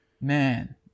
man